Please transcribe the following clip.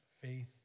Faith